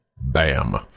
Bam